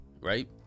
right